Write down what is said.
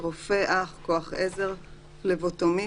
רופא, אח, כוח עזר, פלבוטומיסט,